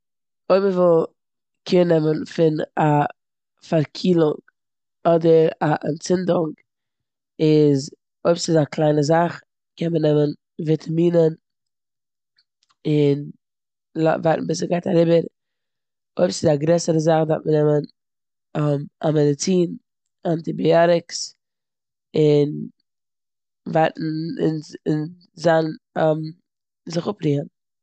אויב מ'וויל קער נעמען פון א פארקילונג אדער א אנטצונדונג. איז, אויב ס'איז א קליינע זאך, קען מען נעמען וויטאמינען. און ל, ווארטן ביז ס'גייט אריבער. אויב ס'איז א גרעסערע זאך דארף מען נעמען א, מעדעצין, אנטיביאטיקס. און ווארטן ביז, זיין אם, זיך אפרוען.